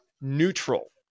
neutral